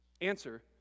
Answer